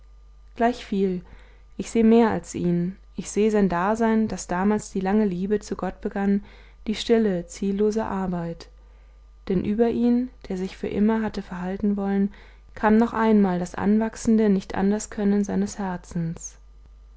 gleichviel ich seh mehr als ihn ich sehe sein dasein das damals die lange liebe zu gott begann die stille ziellose arbeit denn über ihn der sich für immer hatte verhalten wollen kam noch einmal das anwachsende nichtanderskönnen seines herzens